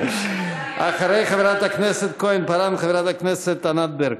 אחרי חברת הכנסת כהן-פארן, חברת הכנסת ענת ברקו.